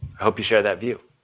hope you share that view.